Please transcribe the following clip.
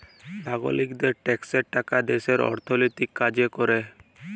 লাগরিকদের ট্যাক্সের টাকা দ্যাশের অথ্থলৈতিক কাজ ক্যরে